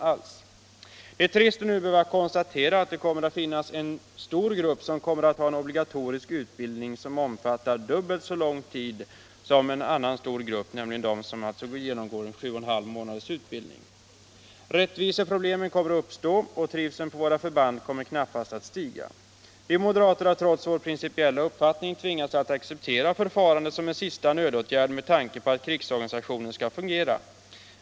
Det är trist att nu behöva konstatera att det kommer att finnas en stor grupp med en obligatorisk utbildning som omfattar dubbelt så lång tid som en annan stor grupp, nämligen de som genomgår sju och en halv månaders utbildning. Rättviseproblem kommer att uppstå, och trivseln på våra förband kommer knappast att stiga. Vi moderater har trots vår principiella uppfattning tvingats att acceptera förfarandet som en sista nödåtgärd med tanke på att krigsorganisationen skall fungera.